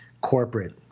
corporate